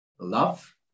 love